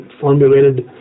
formulated